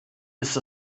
ist